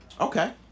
Okay